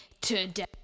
today